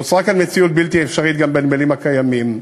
נוצרה כאן מציאות בלתי אפשרית גם בנמלים הקיימים.